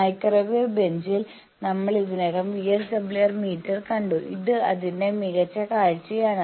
microwave ബെഞ്ചിൽ നമ്മൾ ഇതിനകം VSWR മീറ്റർ കണ്ടു ഇത് അതിന്റെ മികച്ച കാഴ്ചയാണ്